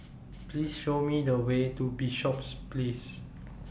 Please Show Me The Way to Bishops Place